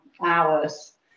hours